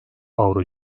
avro